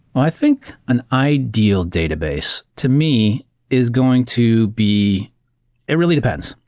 i think an ideal database to me is going to be it really depends.